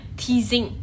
teasing